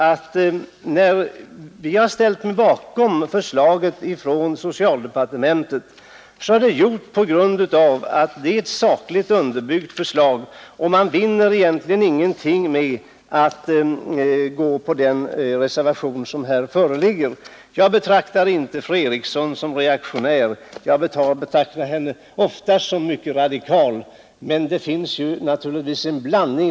Att jag ställt mig bakom förslaget från socialdepartementet beror på att det är ett sakligt underbyggt förslag, och man vinner egentligen ingenting med att bifalla den reservation som föreligger. Jag betraktar inte fru Eriksson som reaktionär — jag betraktar henne ofta som mycket radikal. Men det finns naturligtvis en blandning.